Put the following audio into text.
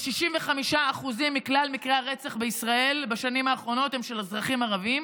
כ-65% מכלל מקרי הרצח בישראל בשנים האחרונות הם של אזרחים ערבים,